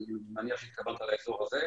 אני מניח שהתכוונת לאזור הזה.